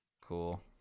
Cool